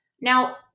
now